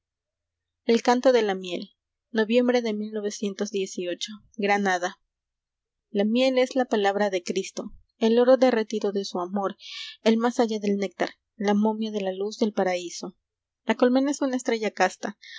biblioteca nacional de españa n oviem bre de igi á a miel es la palabra de cristo l el oro derretido de su amor el más allá del néctar la momia de la luz del paraíso la colmena es una estrella casta